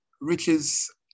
riches